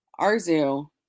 arzu